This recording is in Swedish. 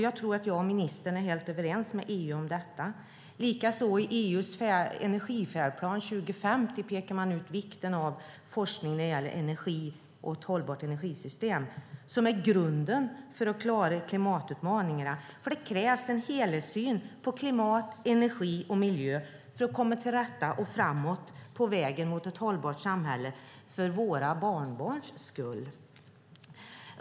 Jag tror att jag och ministern är helt överens med EU om detta. Likaså pekar man i EU:s energifärdplan 2050 ut vikten av forskning när det gäller energi och ett hållbart energisystem som grunden för att klara klimatutmaningarna. Det krävs en helhetssyn på klimat, energi och miljö för att komma framåt på vägen mot ett hållbart samhälle för våra barnbarns skull.